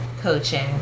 coaching